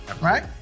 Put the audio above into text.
right